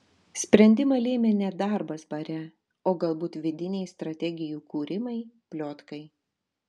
sprendimą lėmė ne darbas bare o galbūt vidiniai strategijų kūrimai pliotkai